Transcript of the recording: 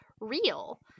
real